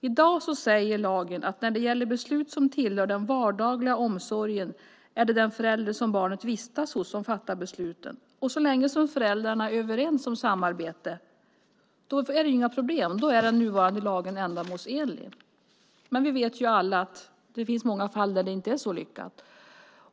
I dag säger lagen att det när det gäller beslut som tillhör den vardagliga omsorgen är den förälder som barnet vistas hos som fattar besluten. Så länge föräldrarna är överens om samarbete är det inga problem. Då är den nuvarande lagen ändamålsenlig. Men vi vet alla att det finns många fall där det inte är så lyckat.